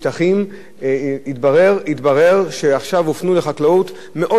התברר שעכשיו הופנו לחקלאות מאות דונמים חדשים.